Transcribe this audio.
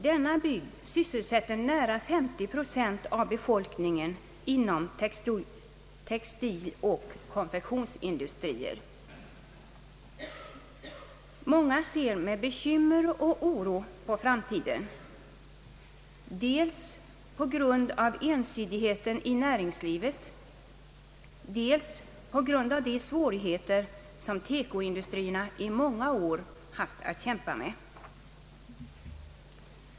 Denna bygd sysselsätter nära nog 50 procent av sin befolkning inom textiloch konfektionsindustrier. Många ser med bekymmer och oro på framtiden, dels på grund av ensidigheten i näringslivet, dels på grund av de svårigheter som Teko-industrierna i många år haft att kämpa med.